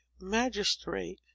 magistrate